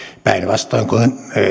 päinvastoin kuin